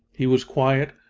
he was quiet,